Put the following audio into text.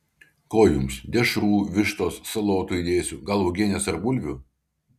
ko jums dešrų vištos salotų įdėsiu gal uogienės ar bulvių